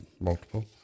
multiple